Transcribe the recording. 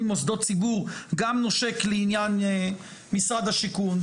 מוסדות ציבור גם נושק לעניין משרד השיכון,